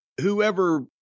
whoever